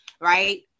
right